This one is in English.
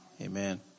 Amen